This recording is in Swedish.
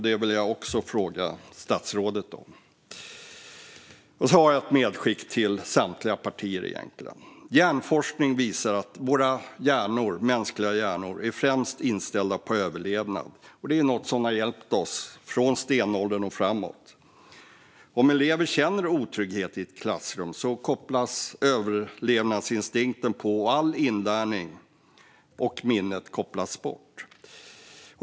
Det här är också frågor till statsrådet. Sedan har jag ett medskick till samtliga partier. Hjärnforskning visar att våra mänskliga hjärnor främst är inställda på överlevnad, och det är något som har hjälpt oss från stenåldern och framåt. Om elever känner otrygghet i ett klassrum kopplas överlevnadsinstinkten på och all inlärning och minnet kopplas bort.